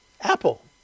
Apple